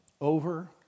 over